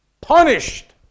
punished